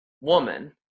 woman